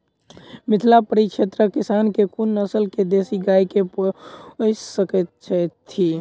मिथिला परिक्षेत्रक किसान केँ कुन नस्ल केँ देसी गाय केँ पोइस सकैत छैथि?